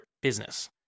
business